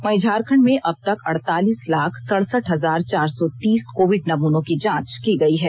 वहीं झारखंड में अबतक अड़तालीस लाख सढ़सठ हजार चार सौ तीस कोविड नमूनों की जांच की गई है